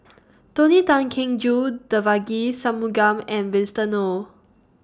Tony Tan Keng Joo Devagi Sanmugam and Winston Oh